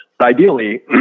Ideally